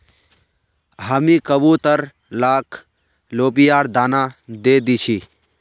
हामी कबूतर लाक लोबियार दाना दे दी छि